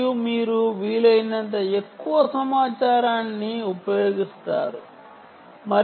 మరియు మీరు వీలైనంత ఎక్కువ ఇతర సమాచారాన్ని ఉపయోగించవచ్చు